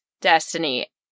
destiny